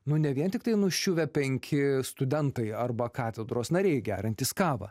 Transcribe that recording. nu ne vien tiktai nuščiuvę penki studentai arba katedros nariai geriantys kavą